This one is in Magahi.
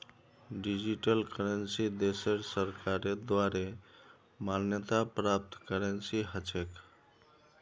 डिजिटल करेंसी देशेर सरकारेर द्वारे मान्यता प्राप्त करेंसी ह छेक